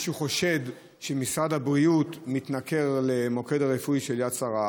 שמשרד הבריאות מתנכר למוקד הרפואי של יד שרה.